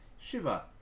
Shiva